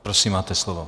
Prosím, máte slovo.